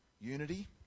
unity